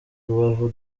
rubavu